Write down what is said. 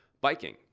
Biking